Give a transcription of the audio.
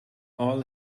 all